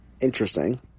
Interesting